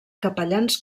capellans